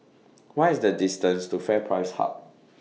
What IS The distance to FairPrice Hub